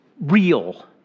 real